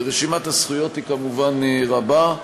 ורשימת הזכויות היא כמובן ארוכה.